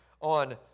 on